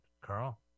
Carl